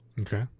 Okay